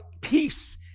peace